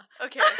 Okay